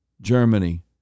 Germany